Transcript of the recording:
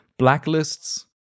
blacklists